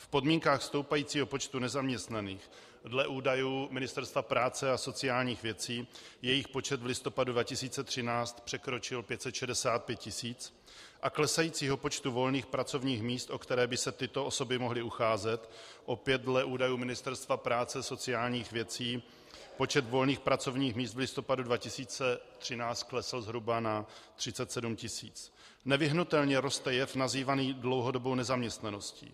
V podmínkách stoupajícího počtu nezaměstnaných, dle údajů Ministerstva práce a sociálních věcí jejich počet v listopadu 2013 překročil 565 tis., a klesajícího počtu volných pracovních míst, o která by se tyto osoby mohly ucházet, opět dle údajů Ministerstva práce a sociálních věcí počet volných pracovních míst v listopadu 2013 klesl zhruba na 37 tis., nevyhnutelně roste jev nazývaný dlouhodobá nezaměstnanost.